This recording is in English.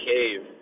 Cave